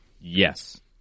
Yes